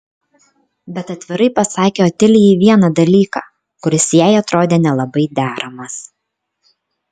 bet atvirai pasakė otilijai vieną dalyką kuris jai atrodė nelabai deramas